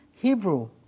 Hebrew